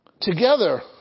Together